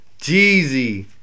Jeezy